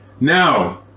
Now